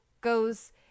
goes